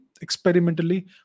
experimentally